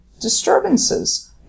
disturbances